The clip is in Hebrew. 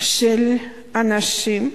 של אנשים,